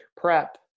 prep